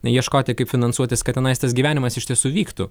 ieškoti kaip finansuotis kad tenais tas gyvenimas iš tiesų vyktų